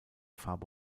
farbe